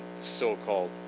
so-called